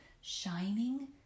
shining